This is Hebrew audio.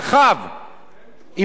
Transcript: עם איזה מלאכים התייעצת אתה?